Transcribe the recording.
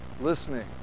Listening